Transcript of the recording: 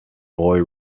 boy